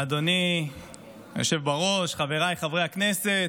אדוני היושב בראש, חבריי חברי הכנסת,